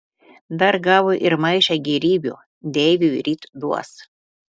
dar gavo ir maišą gėrybių deiviui ryt duos